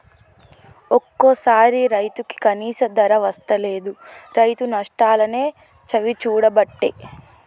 ఒక్కోసారి రైతుకు కనీస ధర వస్తలేదు, రైతు నష్టాలనే చవిచూడబట్టే